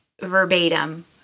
verbatim